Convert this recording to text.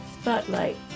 Spotlight